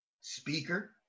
speaker